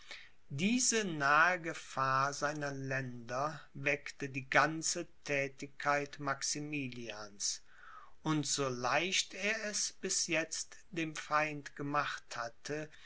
diese nahe gefahr seiner länder weckte die ganze thätigkeit maximilians und so leicht er es bis jetzt dem feind gemacht hatte